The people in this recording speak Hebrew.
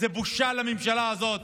זו בושה לממשלה הזאת,